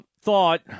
thought